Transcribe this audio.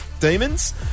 demons